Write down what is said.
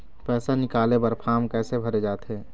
पैसा निकाले बर फार्म कैसे भरे जाथे?